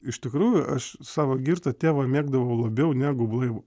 iš tikrųjų aš savo girtą tėvą mėgdavau labiau negu blaivų